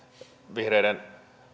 vihreiden